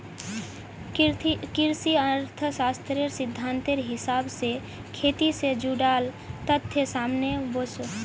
कृषि अर्थ्शाश्त्रेर सिद्धांतेर हिसाब से खेटी से जुडाल तथ्य सामने वोसो